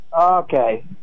Okay